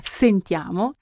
sentiamo